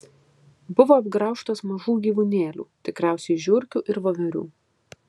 buvo apgraužtas mažų gyvūnėlių tikriausiai žiurkių ir voverių